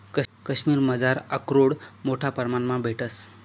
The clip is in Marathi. काश्मिरमझार आकरोड मोठा परमाणमा भेटंस